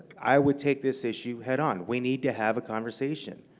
i would take this issue head on. we need to have a conversation,